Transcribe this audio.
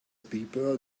paper